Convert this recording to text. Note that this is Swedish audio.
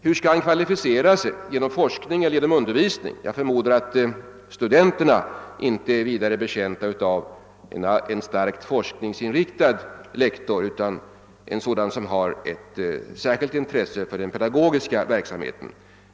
Hur skall han kvalificera sig, genom forskning eller undervisning? Jag förmodar att studenterna inte är särskilt betjänta av en starkt forskningsinriktad lektor, utan mer av en som har intresse just för den pedagogiska verksamheten.